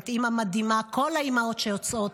את אימא מדהימה, כל האימהות שיוצאות.